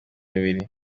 bibiri